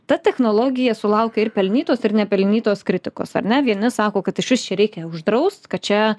ta technologija sulaukia ir pelnytos ir nepelnytos kritikos ar ne vieni sako kad išvis čia reikia uždraust kad čia